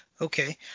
okay